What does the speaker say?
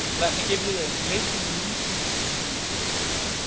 let me give you the information you need to succeed with this.